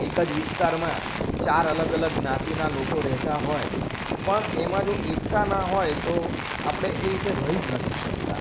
એક જ વિસ્તારમાં ચાર અલગ અલગ જ્ઞાતિના લોકો રહેતા હોય પણ એમાં જો એકતા ના હોય તો આપણે એ રીતે રહી જ નથી શકતા